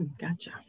Gotcha